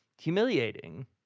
humiliating